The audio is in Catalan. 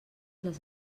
les